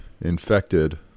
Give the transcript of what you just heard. infected